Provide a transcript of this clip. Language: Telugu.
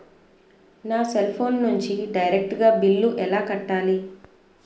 నా సెల్ ఫోన్ నుంచి డైరెక్ట్ గా బిల్లు ఎలా కట్టాలి?